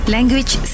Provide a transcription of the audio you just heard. Language